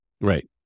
right